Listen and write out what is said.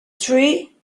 three